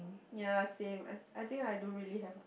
ya same I I think I don't really have a